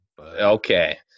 Okay